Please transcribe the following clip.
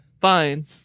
fine